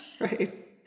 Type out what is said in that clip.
Right